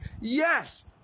Yes